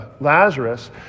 Lazarus